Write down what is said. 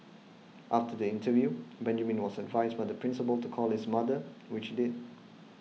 after the interview Benjamin was advised by the Principal to call his mother which did